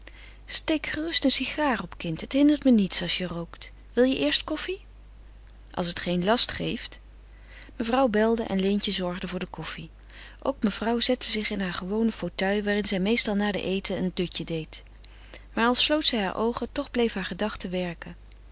steek gerust een sigaar op kind het hindert me niets als je rookt wil je eerst koffie als het geen last geeft mevrouw belde en leentje zorgde voor de koffie ook mevrouw zette zich in haren gewonen fauteuil waarin zij meestal na den eten een dutje deed maar al sloot zij hare oogen toch bleef hare gedachte werken